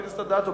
חברת הכנסת אדטו,